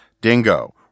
dingo